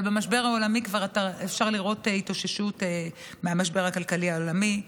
אבל כבר אפשר לראות התאוששות מהמשבר הכלכלי העולמי.